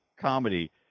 comedy